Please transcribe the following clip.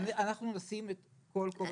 אנחנו נשים את כל כובד משקלנו כדי לקדם את זה.